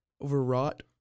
overwrought